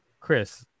Chris